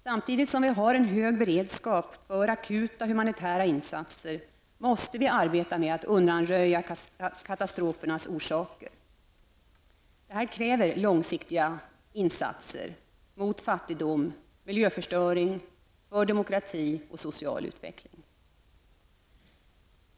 Samtidigt som vi har en hög beredskap för akuta humanitära insatser måste vi arbeta med att undanröja katastrofernas orsaker. Detta kräver långsiktiga insatser mot fattigdom och miljöförstöring och för demokrati och social utveckling.